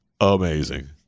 amazing